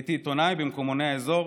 הייתי עיתונאי במקומוני האזור,